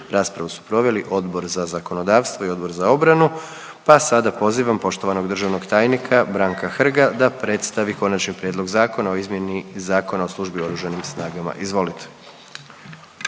Raspravu su proveli Odbor za zakonodavstvo i Odbor za obranu, pa sada pozivam poštovanog državnog tajnika Branka Hrga da predstavi Konačni prijedlog zakona o izmjeni Zakona o službi u Oružanim snagama. Izvolite.